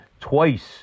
twice –